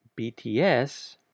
BTS